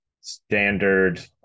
standard